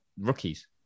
rookies